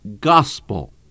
gospel